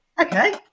okay